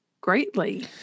greatly